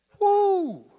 Woo